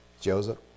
Joseph